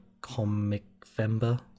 comic-vember